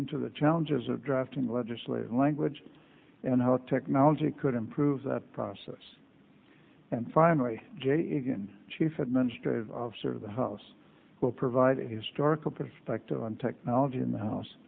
the challenges of drafting legislative language and how technology could improve that process and finally jig and chief administrative officer of the house will provide a historical perspective on technology in the house